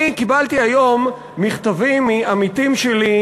אני קיבלתי היום מכתבים מעמיתים שלי,